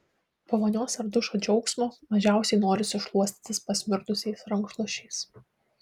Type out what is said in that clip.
po vonios ar dušo džiaugsmo mažiausiai norisi šluostytis pasmirdusiais rankšluosčiais